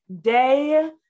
day